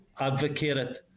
advocated